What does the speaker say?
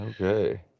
Okay